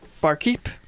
Barkeep